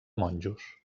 monjos